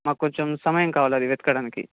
మాక్కొంచెం సమయం కావాలి అది వెతకడానికి